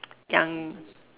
yang